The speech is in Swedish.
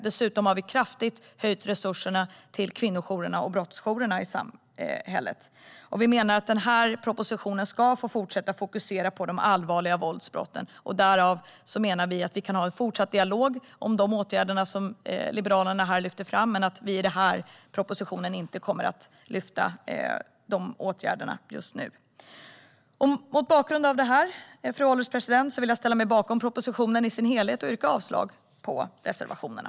Vidare har vi ökat resurserna kraftigt till kvinnojourerna och brottsjourerna i samhället. Vi menar att denna proposition ska fokusera på de allvarliga våldsbrotten. Vi kan ha en fortsatt dialog om de åtgärder som Liberalerna lyfter fram, men i denna proposition kommer vi inte att lyfta fram dessa åtgärder. Fru ålderspresident! Jag står bakom propositionen i sin helhet och yrkar avslag på reservationerna.